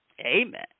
Amen